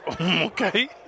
Okay